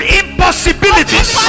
impossibilities